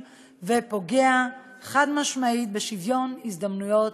ופוגע חד-משמעית בשוויון הזדמנויות